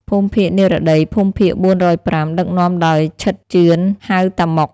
ភូមិភាគនិរតី (ភូមិភាគ៤០៥) ដឹកនាំ ដោយ ឈិត ជឿន ហៅតាម៉ុក។